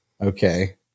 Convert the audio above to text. okay